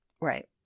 Right